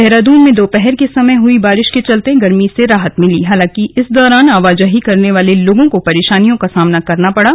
देहरादून में दोपहर के समय हुई बारि ा के चलते गर्मी से राहत मिली हालांकि इस दौरान आवाजाही करने वाले लोगों को परे ानियों का सामना करना पड़ा